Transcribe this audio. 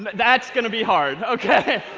but that's going to be hard. ok.